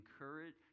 encourage